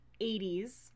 80s